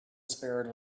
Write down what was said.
spared